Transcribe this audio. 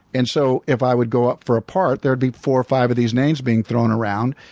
and so if i would go up for a part, there would be four or five of these names being thrown around,